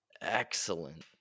Excellent